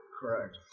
Correct